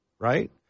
Right